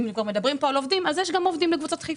אם מדברים על עובדים, יש גם עובדים בקבוצת חיפה.